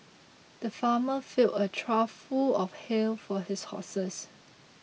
the farmer filled a trough full of hay for his horses